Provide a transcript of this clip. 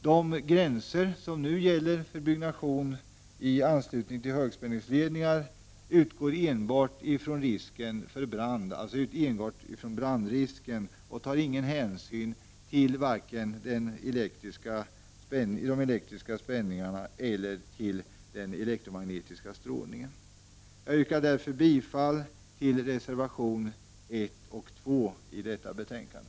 De gränser som nu gäller för byggnation i anslutning till högspänningsledningar utgår enbart från brandrisken och tar ingen hänsyn vare sig till de elektriska spän ningarna eller till den elektromagnetiska strålningen. Jag yrkar därför bifall till reservationerna 1 och 2 i detta betänkande.